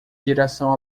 direção